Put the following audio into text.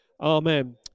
Amen